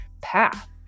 path